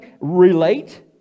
relate